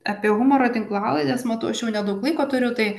apie humoro tinklalaides matau aš jau nedaug laiko turiu tai